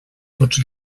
tots